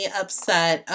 upset